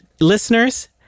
Listeners